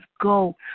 go